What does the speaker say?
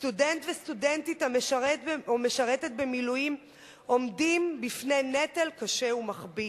סטודנט וסטודנטית המשרתים במילואים עומדים בפני נטל קשה ומכביד.